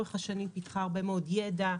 שלאורך השנים פיתחה הרבה מאוד ידע,